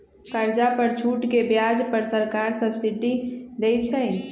कर्जा पर छूट के ब्याज पर सरकार सब्सिडी देँइ छइ